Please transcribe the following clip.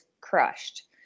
crushed